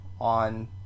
on